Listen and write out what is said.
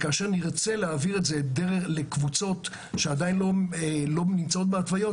כאשר נרצה להעביר את זה לקבוצות שעדיין לא נמצאות בהתוויות,